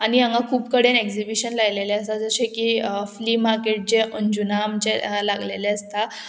आनी हांगा खूब कडेन एक्जिबिशन लायलेलें आसा जशें की फ्ली मार्केट जे अंजुना आमचे लागलेले आसता